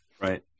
right